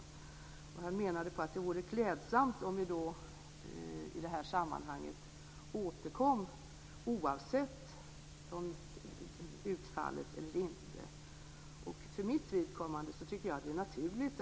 Göran Magnusson menade att det vore klädsamt om vi återkom i det här sammanhanget, oavsett utfallet. Jag tycker att det är naturligt.